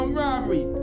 robbery